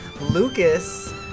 Lucas